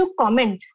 comment